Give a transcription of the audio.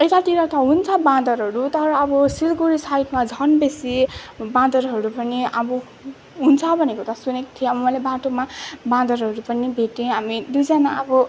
यतातिर त हुन्छ बाँदरहरू तर अब सिलगढी साइडमा झन् बेसी बाँदरहरू पनि अब हुन्छ भनेको त सुनेको थिएँ अब मैले बाटोमा बाँदरहरू पनि भेटेँ हामी दुईजना अब